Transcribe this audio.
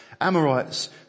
Amorites